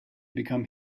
become